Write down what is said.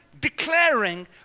declaring